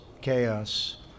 chaos